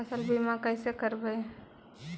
फसल बीमा कैसे करबइ?